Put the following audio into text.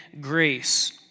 grace